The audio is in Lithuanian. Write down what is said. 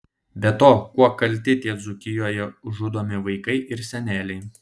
be to kuo kalti tie dzūkijoje žudomi vaikai ir seneliai